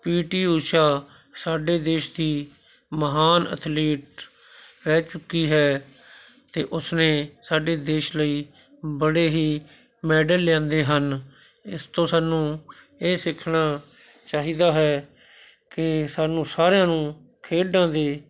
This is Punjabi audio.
ਪੀ ਟੀ ਊਸ਼ਾ ਸਾਡੇ ਦੇਸ਼ ਦੀ ਮਹਾਨ ਅਥਲੀਟ ਰਹਿ ਚੁੱਕੀ ਹੈ ਅਤੇ ਉਸਨੇ ਸਾਡੇ ਦੇਸ਼ ਲਈ ਬੜੇ ਹੀ ਮੈਡਲ ਲਿਆਂਦੇ ਹਨ ਇਸ ਤੋਂ ਸਾਨੂੰ ਇਹ ਸਿੱਖਣਾ ਚਾਹੀਦਾ ਹੈ ਕਿ ਸਾਨੂੰ ਸਾਰਿਆਂ ਨੂੰ ਖੇਡਾਂ ਦੇ